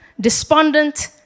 despondent